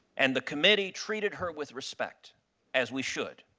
and the committee treated her with respect as we should.